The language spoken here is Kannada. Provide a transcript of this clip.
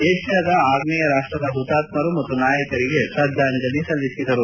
ಏಷ್ಲಾದ ಆಗ್ನೇಯ ರಾಷ್ಷದ ಹುತಾತ್ತರು ಮತ್ತು ನಾಯಕರಿಗೆ ಶ್ರದ್ದಾಂಜಲಿ ಸಲ್ಲಿಸಿದರು